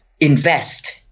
invest